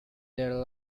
their